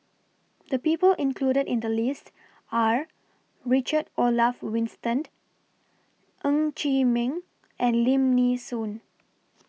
The People included in The list Are Richard Olaf Winstedt Ng Chee Meng and Lim Nee Soon